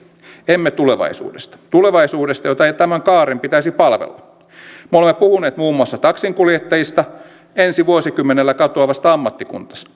emme tulevaisuudesta tulevaisuudesta jota tämän kaaren pitäisi palvella me olemme puhuneet muun muassa taksinkuljettajista ensi vuosikymmenellä katoavasta ammattikunnasta